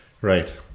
Right